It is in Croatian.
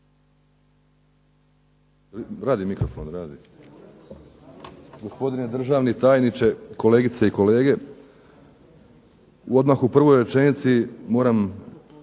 radi mikrofon? Gospodine državni tajniče, kolegice i kolege. Odmah u prvoj rečenici moram